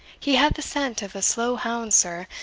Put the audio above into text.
he had the scent of a slow-hound, sir,